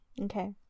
Okay